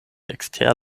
ekster